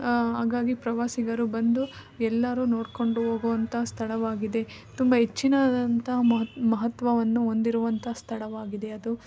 ಹಾಗಾಗಿ ಪ್ರವಾಸಿಗರು ಬಂದು ಎಲ್ಲರೂ ನೋಡಿಕೊಂಡು ಹೋಗುವಂಥ ಸ್ಥಳವಾಗಿದೆ ತುಂಬ ಹೆಚ್ಚಿನದಂಥ ಮಹ ಮಹತ್ವವನ್ನು ಹೊಂದಿರುವಂಥ ಸ್ಥಳವಾಗಿದೆ ಅದು